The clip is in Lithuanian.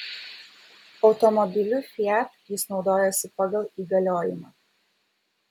automobiliu fiat jis naudojosi pagal įgaliojimą